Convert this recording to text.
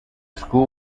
school